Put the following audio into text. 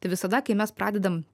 tai visada kai mes pradedam